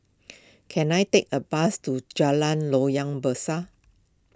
can I take a bus to Jalan Loyang Besar